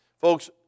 folks